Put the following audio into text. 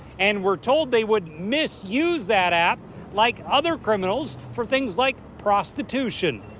and we're told they would misuse that out like other criminals for things like prostitution.